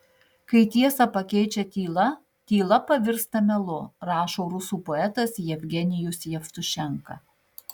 kai tiesą pakeičia tyla tyla pavirsta melu rašo rusų poetas jevgenijus jevtušenka